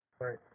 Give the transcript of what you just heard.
Right